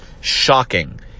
shocking